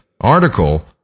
article